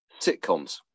Sitcoms